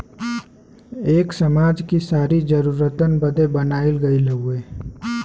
एक समाज कि सारी जरूरतन बदे बनाइल गइल हउवे